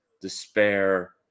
despair